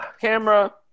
Camera